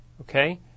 okay